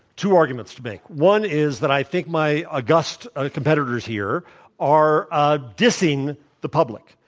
two arguments to make. one is that i think my august ah competitors here are ah dissing the public.